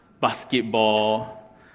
basketball